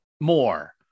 more